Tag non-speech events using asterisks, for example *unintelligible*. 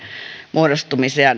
muodostumisen ja *unintelligible*